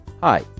Hi